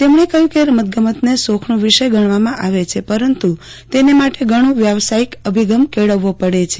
તેમણે કહયું કે રમતગમતને શોખનો વિષય ગજ્ઞવામાં આવે છે પરંતુ તેને માટે ઘજ્ઞો વ્યાવસાયિક અભિગમ કેળવવો પડે છે